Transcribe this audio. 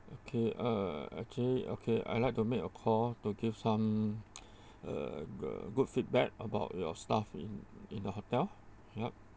okay uh okay okay I like to make a call to give some uh uh good feedback about your staff in in the hotel yup